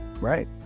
right